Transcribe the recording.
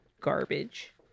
garbage